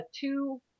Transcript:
two